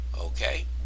Okay